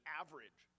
average